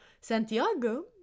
Santiago